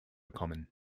common